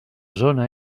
zona